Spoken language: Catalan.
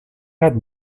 gat